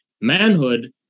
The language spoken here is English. Manhood